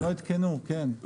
הם לא עדכנו כן,